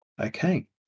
okay